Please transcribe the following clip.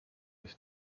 ist